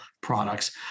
products